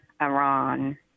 Iran